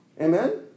Amen